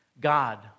God